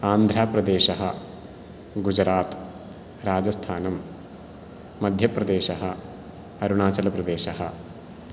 आन्ध्रप्रदेशः गुजरात् राजस्थानं मध्यप्रदेशः अरुणाचलप्रदेशः